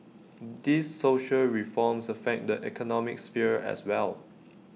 these social reforms affect the economic sphere as well